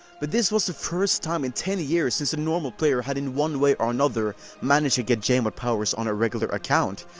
but this was the first time in ten years since a normal player had in one way or another managed to get j-mod powers on a regular account.